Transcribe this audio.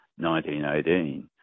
1918